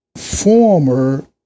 former